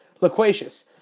Loquacious